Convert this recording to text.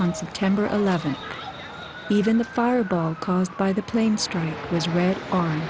on september eleventh even the fireball caused by the plane strike was read o